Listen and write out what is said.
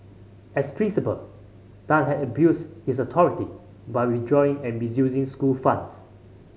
as principal Tan had abused his authority by withdrawing and misusing school funds